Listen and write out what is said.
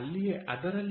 ಅಲ್ಲಿಯೇ ಇರುತ್ತದೆ